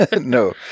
No